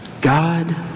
God